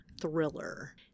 thriller